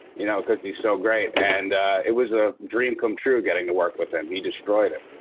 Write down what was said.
you know, cause he's so great. and it was a dream come true getting to work with him. he destroyed it.